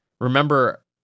Remember